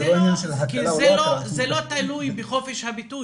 שזה לא עניין של הקלה או לא הקלה --- כי זה לא תלוי בחופש הביטוי,